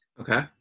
Okay